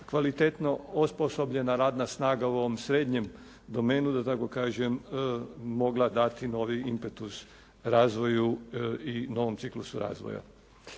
kvalitetno osposobljena radna snaga u ovom srednjem domenu da tako kažem mogla dati novi impetus razvoju i novom ciklusu razvoja.